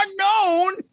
unknown